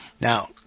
Now